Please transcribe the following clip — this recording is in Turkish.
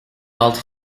altı